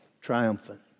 triumphant